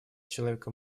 человеком